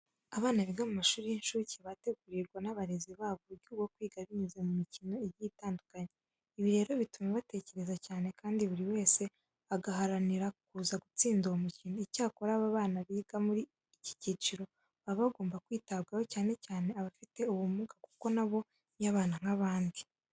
Abana biga mu mashuri y'inshuke bategurirwa n'abarezi babo uburyo bwo kwiga binyuze mu mikino igiye itandukanye. Ibi rero bituma batekereza cyane kandi buri wese agaharanira kuza gutsinda uwo mukino. Icyakora, abana biga muri iki cyiciro baba bagomba kwitabwaho cyane cyane abafite ubumuga kuko na bo ni abana nk'abandi.